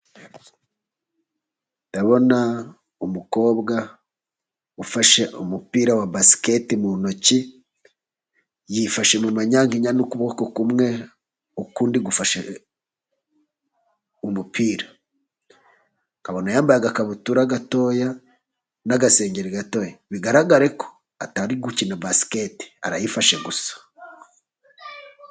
Ndabona umukobwa ufashe umupira wa basiketi mu ntoki, yifashe mu manyankinya n'ukuboko kumwe ukundi gufashe umupira, nkabona yambaye agakabutura gatoya n'agasengeri gatoya , bigaragare ko atari gukina basiketi arayifashe gusa.